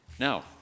Now